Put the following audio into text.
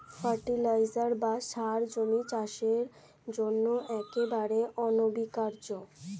fertiliser বা সার জমির চাষের জন্য একেবারে অনস্বীকার্য